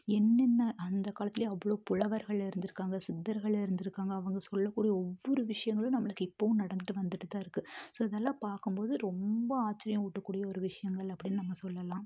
என்னென்ன அந்த காலத்துலேயும் அவ்வளோ புலவர்கள் இருந்திருக்காங்க சித்தர்கள் இருந்திருக்காங்க அவங்க சொல்லக்கூடிய ஒவ்வொரு விஷயங்களும் நம்மளுக்கு இப்பவும் நடந்துகிட்டு வந்துகிட்டுதான் இருக்குது ஸோ இதெல்லாம் பார்க்கும்போது ரொம்ப ஆச்சரியம் ஊட்டக்கூடிய ஒரு விஷயங்கள் அப்படின்னு நம்ம சொல்லலாம்